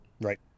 right